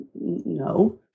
no